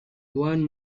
one